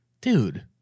Dude